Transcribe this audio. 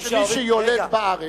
תודיע שמי שיולד בארץ,